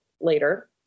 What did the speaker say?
later